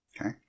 Okay